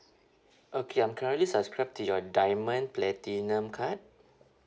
okay I'm currently subscribed to your diamond platinum card